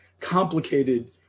complicated